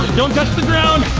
don't touch the ground.